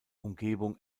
umgebung